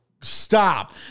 stop